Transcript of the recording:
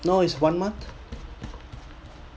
no it's one month